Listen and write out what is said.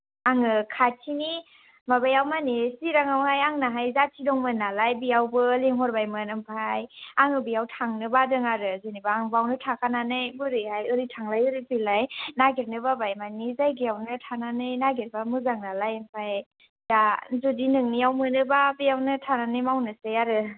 आङो खाथिनि माबायाव मा होनो चिरांआवहाय आंनाहाय जाथि दंमोन नालाय बेयावबो लिंहरबायमोन ओमफाय आङो बेयाव थांनो बादों आरो जेन'बा आं बावनो थाखानानै बोरैहाय ओरै थांलाय ओरै फैलाय नागिरनो बाबाय माने जायगायावनो थानानै नागिरब्ला मोजां नालाय ओमफ्राय दा जुदि नोंनियाव मोनोब्ला बेयावनो थानानै मावनोसै आरो